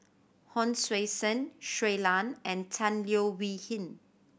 Hon Sui Sen Shui Lan and Tan Leo Wee Hin